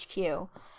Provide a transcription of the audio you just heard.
HQ